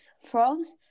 frogs